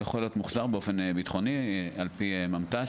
הוא יכול להיות מוחזר באופן ביטחוני על-פי ממת"ש,